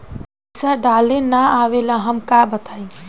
पईसा डाले ना आवेला हमका बताई?